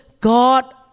God